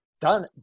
done